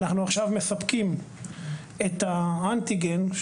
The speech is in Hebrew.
אנחנו עכשיו מספקים את האנטיגן,